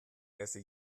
esse